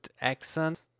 accent